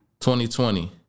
2020